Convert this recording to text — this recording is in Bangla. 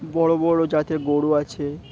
বড় বড় জাতের গরু আছে